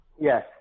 yes